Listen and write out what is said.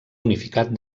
unificat